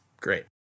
great